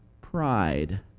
pride